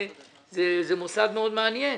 זה מוסד מאוד מעניין.